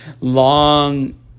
long